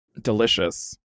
Delicious